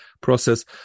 process